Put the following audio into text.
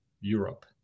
Europe